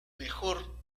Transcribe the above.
mejor